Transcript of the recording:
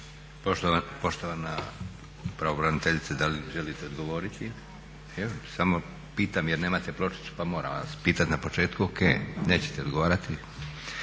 Poštovana pravobraniteljice da li želite odgovoriti? Samo pitam jer nemate pločicu pa moram vas pitati na početku. O.K, nećete ogovarati.